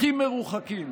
הכי מרוחקים,